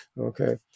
Okay